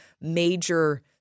major